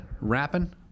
rapping